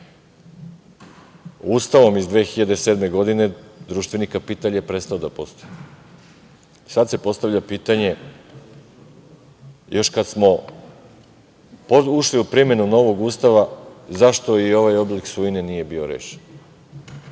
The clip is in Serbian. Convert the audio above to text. Ustavom iz 2007. godine, društveni kapital je prestao da postoji. Sad se postavlja pitanje, još kad smo ušli u primenu novog Ustava, zašto i ovaj oblik svojine nije bio rešen.